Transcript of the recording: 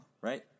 right